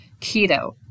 keto